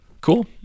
Cool